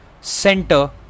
center